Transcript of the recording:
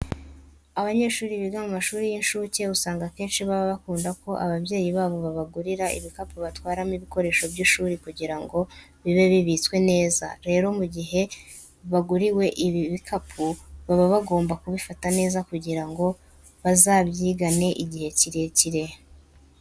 Abanyeshuri biga mu mashuri y'incuke usanga akenshi baba bakunda ko ababyeyi babo babagurira ibikapu batwaramo ibikoresho by'ishuri kugira ngo bibe bibitswe neza. Rero mu gihe baguriwe ibi bikapu baba bagomba kubifata neza kugira ngo bazabyigane igihe kirekire.